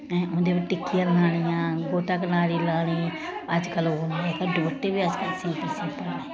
ऐं उं'दे पर टिक्कियां लानियां गोटा कनारी लाने अजकल्ल ओह् केह् आखदे दपट्टे बी अजकल्ल सिम्पल सिम्पल